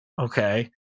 Okay